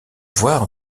voir